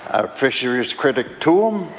fisheries critic to him,